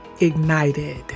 ignited